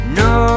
no